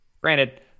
granted